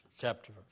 chapter